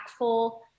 impactful